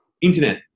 internet